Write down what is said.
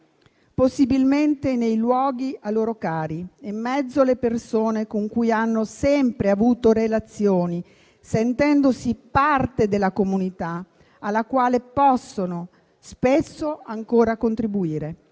possibilmente nei luoghi a loro cari e in mezzo alle persone con cui hanno sempre avuto relazioni, sentendosi parte della comunità, alla quale possono spesso ancora contribuire.